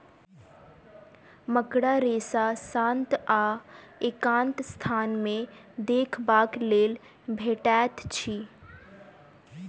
मकड़ा रेशा शांत आ एकांत स्थान मे देखबाक लेल भेटैत अछि